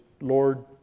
Lord